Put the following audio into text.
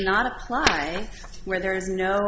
not apply where there is no